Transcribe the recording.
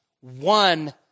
one